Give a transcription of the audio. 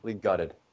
gutted